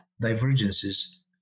divergences